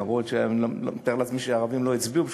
למרות שאני מתאר לעצמי שהערבים לא הצביעו בשבילי,